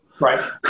Right